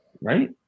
right